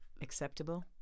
acceptable